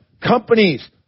Companies